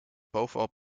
bovenop